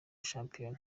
shampiyona